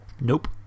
Nope